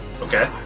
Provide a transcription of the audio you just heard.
Okay